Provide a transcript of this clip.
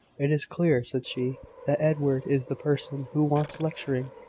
it is clear, said she, that edward is the person who wants lecturing.